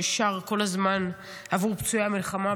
ששר כל הזמן עבור פצועי המלחמה,